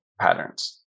patterns